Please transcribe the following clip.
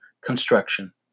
construction